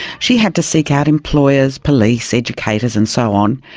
she had to seek out employers, police, educators and so on,